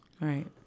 Right